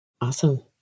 Awesome